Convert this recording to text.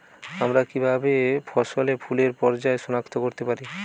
আমরা কিভাবে ফসলে ফুলের পর্যায় সনাক্ত করতে পারি?